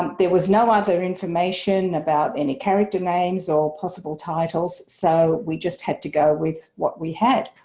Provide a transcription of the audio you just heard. um there was no other information about any character names or possible titles so we just had to go with what we had.